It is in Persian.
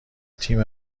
تیم